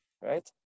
right